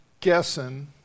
guessing